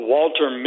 Walter